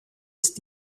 ist